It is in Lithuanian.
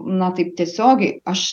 na taip tiesiogiai aš